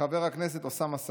חבר הכנסת אוסאמה סעדי,